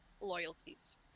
loyalties